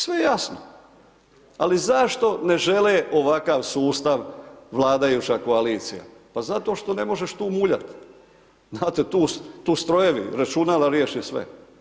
Sve jasno, ali zašto ne žele ovakav sustav vladajuća koalicija, pa zato što ne možeš tu muljat, znate tu, tu strojevi, računala riješe sve.